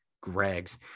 Greg's